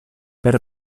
per